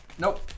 Nope